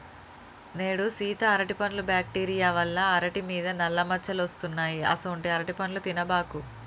నేడు సీత అరటిపండ్లు బ్యాక్టీరియా వల్ల అరిటి మీద నల్ల మచ్చలు వస్తున్నాయి అసొంటీ అరటిపండ్లు తినబాకు